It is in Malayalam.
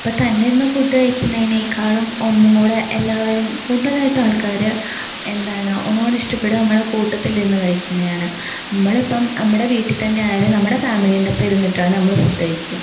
ഇപ്പോൾ തന്നെയിരുന്നു ഫുഡ് കഴിക്കുന്നതിനേക്കാളും ഒന്നും കൂടെ എല്ലാവരും കൂടുതലായിട്ട് ആള്ക്കാര് എന്താണ് ഒന്നും കൂടെ ഇഷ്ടപ്പെടുക നമ്മള് കൂട്ടത്തില് ഇരുന്നു കഴിക്കുന്നതാണ് നമ്മൾ ഇപ്പം നമ്മുടെ വീട്ടിൽ തന്നെയായാലും നമ്മുടെ ഫാമിലീന്റെ ഒപ്പം ഇരുന്നിട്ടാണ് നമ്മള് ഫുഡ് കഴിക്കുക